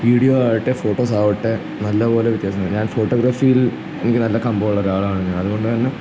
video ആവട്ടെ ഫോട്ടോസാവട്ടെ നല്ലപോലെ വ്യത്യാസമുണ്ട് ഞാൻ ഫോട്ടോഗ്രാഫിയിൽ എനിക്ക് നല്ല കമ്പം ഉള്ള ഒരാളാണ് ഞാൻ അതുകൊണ്ട് തന്നെ